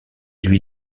lui